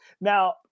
now